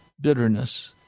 bitterness